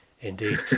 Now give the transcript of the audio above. Indeed